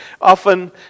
often